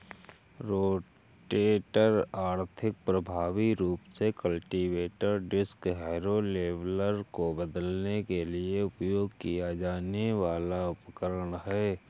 rotator आर्थिक, प्रभावी रूप से कल्टीवेटर, डिस्क हैरो, लेवलर को बदलने के लिए उपयोग किया जाने वाला उपकरण है